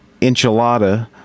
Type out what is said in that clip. enchilada